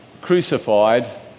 crucified